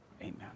Amen